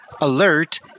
alert